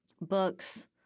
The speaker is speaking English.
Books